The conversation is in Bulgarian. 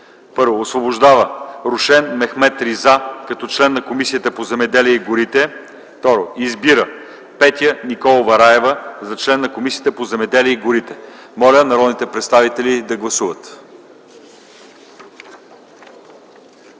1. Освобождава Рушен Мехмед Риза като член на Комисията по земеделието и горите. 2. Избира Петя Николова Раева за член на Комисията по земеделието и горите.” Моля народните представители да гласуват.